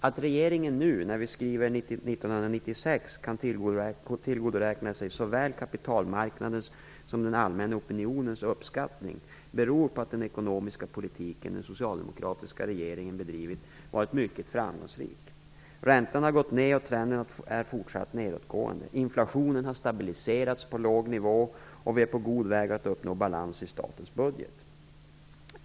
Att regeringen nu, när vi skriver 1996, kan tillgodoräkna sig såväl kapitalmarknadens som den allmänna opinionens uppskattning beror på att den ekonomiska politik den socialdemokratiska regeringen bedrivit varit mycket framgångsrik. Räntan har gått ned och trenden är fortsatt nedåtgående, inflationen har stabiliserats på en låg nivå och vi är på god väg att uppnå balans i statens budget.